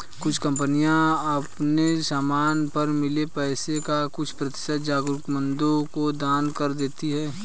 कुछ कंपनियां अपने समान पर मिले पैसे का कुछ प्रतिशत जरूरतमंदों को दान कर देती हैं